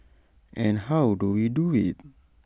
and how do we do IT